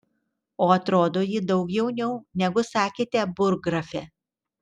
o atrodo ji daug jauniau negu sakėte burggrafe